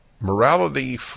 Morality